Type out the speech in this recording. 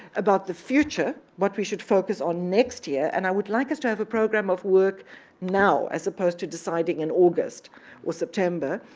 about the future, what we should focus on next year, and i would like us to have a program of work now, as opposed to deciding in august or september.